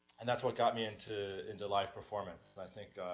and that's what got me into, into live performance, i think,